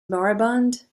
moribund